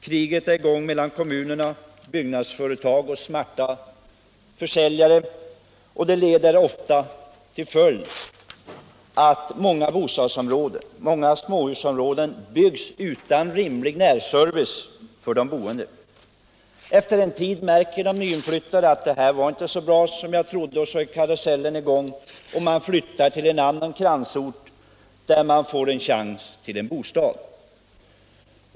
Kriget är i gång mellan kommunerna och byggnadsföretag och smarta försäljare. Detta har ofta till följd att många småhusområden byggs utan rimlig närservice för de boende. Efter en tid märker de nyinflyttade att det inte var så bra som de trodde. Så är karusellen i gång, och man flyttar till en annan kransort, där man får en chans till en bostad.